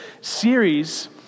series